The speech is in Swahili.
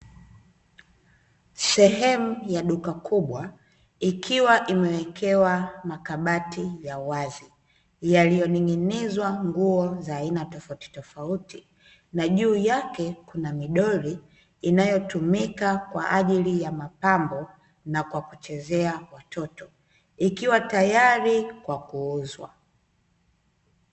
Sehemu ya duka kubwa, ikiwa imewekewa makabati ya wazi, yaliyoning'inizwa nguo za aina tofautitofauti, na juu yake kuna midoli inayotumika kwa ajili ya mapambo, na kwa kuchezea watoto, ikiwa tayari kwa kuuzwa.